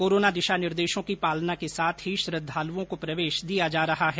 corona दिशा निर्देशों की पालना के साथ ही श्रद्वालुओं को प्रवेश दिया जा रहा है